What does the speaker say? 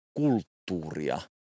kulttuuria